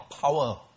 power